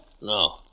No